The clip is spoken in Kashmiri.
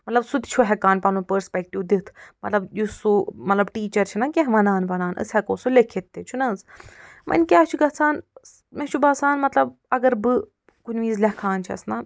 مطلب سُہ تہِ چھُ ہٮ۪کان پنُن پٔرسپٮ۪کٹِو دِتھ مطلب یُس سُہ مطلب ٹیٖچر چھُنَہ کیٚنٛہہ وَنان وَنان أسۍ ہٮ۪کو سُہ لیٚکِتھ تہِ چھُ نَہ حظ وَنہِ کیٛاہ چھُ گَژھان مےٚ چھُ باسان مطلب اگر بہٕ کُنہِ وِزِ لٮ۪کھان چھَس نا